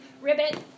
Ribbit